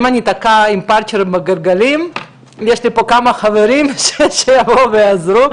אם אני אתקע עם פנצ'ר בגלגלים יש לי פה כמה חברים שיבואו ויעזרו,